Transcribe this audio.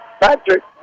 Patrick